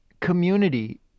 community